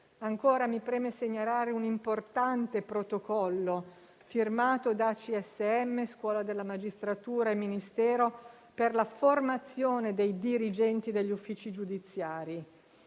Ancora, mi preme segnalare un importante protocollo, firmato da CSM, Scuola della magistratura e Ministero, per la formazione dei dirigenti degli uffici giudiziari.